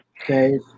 Okay